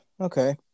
Okay